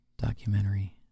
documentary